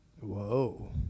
Whoa